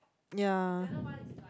ya